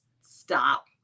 stop